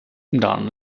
dann